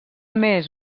més